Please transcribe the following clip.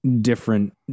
different